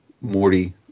Morty